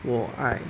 我 I